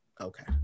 Okay